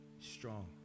strong